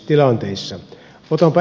otanpa esimerkin